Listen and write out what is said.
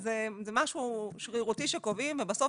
זה משהו שרירותי שקובעים ובסוף